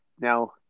now